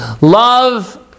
love